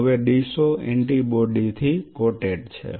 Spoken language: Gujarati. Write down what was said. હવે ડિશો એન્ટિબોડી થી કોટેડ છે